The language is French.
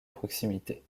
proximité